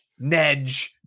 Nedge